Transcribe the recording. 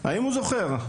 האם הוא זוכר?